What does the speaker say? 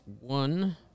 one